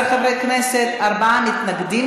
בעד, 11 חברי כנסת, ארבעה מתנגדים.